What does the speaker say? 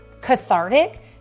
cathartic